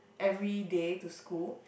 every day to school